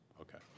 Okay